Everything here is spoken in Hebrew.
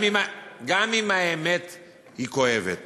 גם אם האמת היא כואבת.